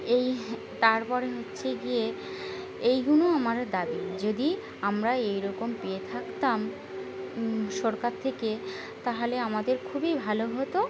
এই তারপরে হচ্ছে গিয়ে এইগুলো আমার দাবি যদি আমরা এইরকম পেয়ে থাকতাম সরকার থেকে তাহলে আমাদের খুবই ভালো হতো